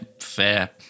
fair